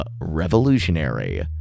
revolutionary